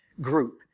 group